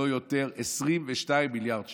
לא יותר, 22 מיליארד שקל.